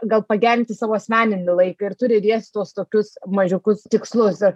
gal pagerinti savo asmeninį laiką ir tu dediesi tuos tokius mažiukus tikslus ir